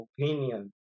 opinion